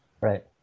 right